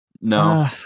no